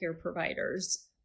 providers